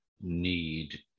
need